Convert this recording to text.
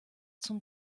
zum